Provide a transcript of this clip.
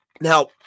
Now